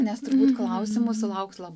nes turbūt klausimų sulauks labai